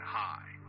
high